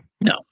No